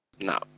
No